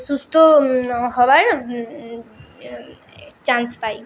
সুস্থ হওয়ার চান্স পাই